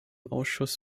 ausschuss